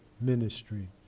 ministry